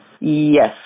yes